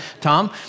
Tom